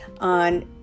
on